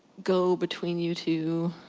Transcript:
go between you two.